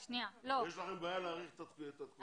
יש לכם בעיה להאריך את התקופה?